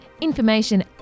information